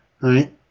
right